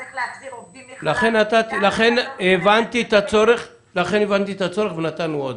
צריך להחזיר עובדים מחל"ת --- הבנתי את הצורך ולכן נתנו עוד.